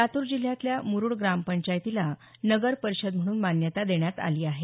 लातूर जिल्ह्यातल्या मुरुड ग्रामपंचायतीला नगर परिषद म्हणून मान्यता देण्यात आली आहे